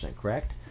correct